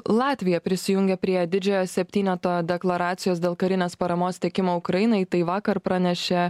latvija prisijungė prie didžiojo septyneto deklaracijos dėl karinės paramos teikimo ukrainai tai vakar pranešė